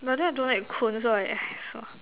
but then I don't like cone so I like sua